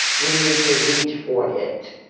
we need to reach for it.